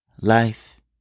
life